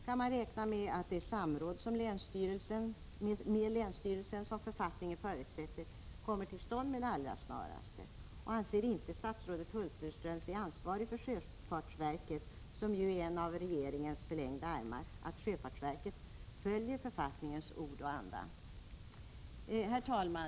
Kan man räkna med att det samråd med länsstyrelsen som författningen förutsätter kommer till stånd med det allra snaraste? Anser sig inte statsrådet Hulterström ansvarig för att sjöfartsverket, som ju är en av regeringens förlängda armar, följer författningens ord och anda? Herr talman!